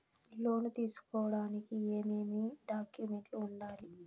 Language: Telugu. లోను తీసుకోడానికి ఏమేమి డాక్యుమెంట్లు ఉండాలి